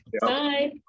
Bye